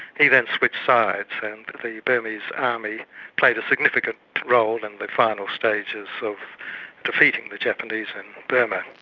he then switched sides, and the burmese army played a significant role in the final stages of defeating the japanese in burma.